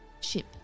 ship